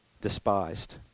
despised